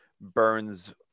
Burns